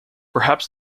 perhaps